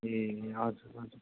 ए हजुर हजुर